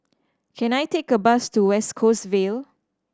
can I take a bus to West Coast Vale